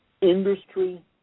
industry